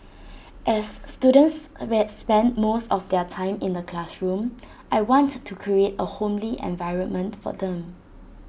as students spend most of their time in the classroom I want to create A homely environment for them